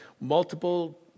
multiple